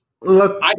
look